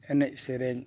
ᱮᱱᱮᱡᱼᱥᱮᱨᱮᱧ